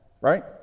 right